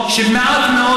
הוא לא הגיע לכנסת בכלל.